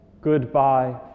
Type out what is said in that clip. goodbye